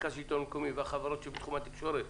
מרכז השלטון המקומי והחברות שבתחום התקשורת,